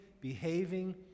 behaving